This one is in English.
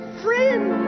friend